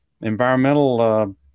environmental